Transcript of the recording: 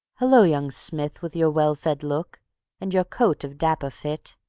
hullo, young smith, with your well-fed look and your coat of dapper fit,